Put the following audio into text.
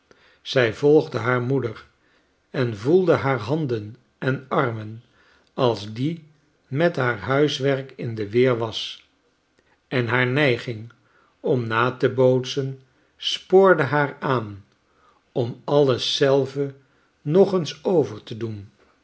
zij volgde haar moeder en voelde haar handen en armen als die met haar huiswerk in de syeer was en haar neiging om na te bootsen spoordc haar aan om alles zelve nog eens over te doen